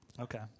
Okay